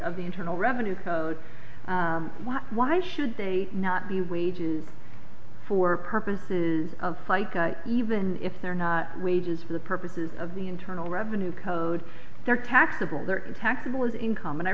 of the internal revenue code why should they not be wages for purposes of fica even if they're not wages for the purposes of the internal revenue code they're taxable they're in taxable income and i